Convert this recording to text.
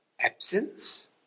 absence